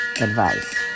advice